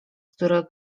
który